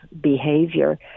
behavior